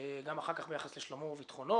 גם אחר כך ביחס לשלומו וביטחונו,